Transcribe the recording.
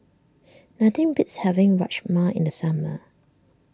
nothing beats having Rajma in the summer